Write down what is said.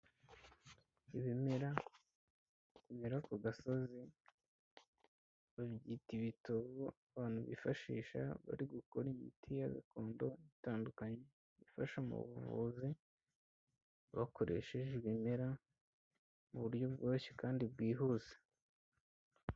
Ibimera, bimera ku gasozi, babyita ibitobo, abantu bifashisha bari gukora imiti ya gakondo itandukanye, bifasha mu buvuzi, bakoresheje ibimera, mu buryo bworoshye kandi bwihuse.